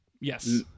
Yes